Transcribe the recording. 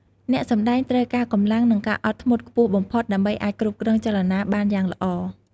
អ្នកសម្តែងត្រូវការកម្លាំង និងការអត់ធ្មត់ខ្ពស់បំផុត ដើម្បីអាចគ្រប់គ្រងចលនាបានយ៉ាងល្អ។